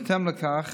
בהתאם לכך